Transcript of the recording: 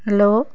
hello